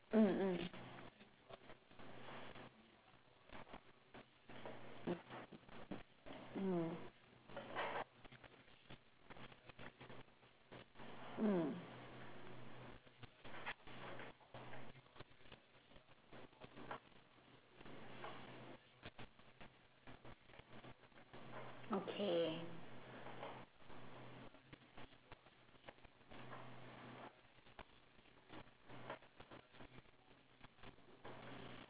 mmhmm mm mm okay